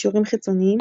קישורים חיצוניים